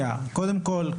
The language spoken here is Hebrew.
קודם כל,